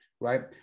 right